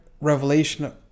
revelation